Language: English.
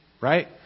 right